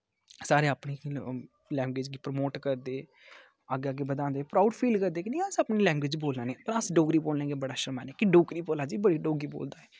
सारे अपनी अपनी लैंग्वेज गी प्रमोट करदे अग्गें अग्गें बधांदे प्राउड फील करदे कि नेईं अस अपनी लैंग्वेज़ बोला न पर अस डोगरी बोलने लेई बड़े शर्माने कि डोगरी बोला दे